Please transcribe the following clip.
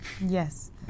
yes